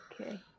okay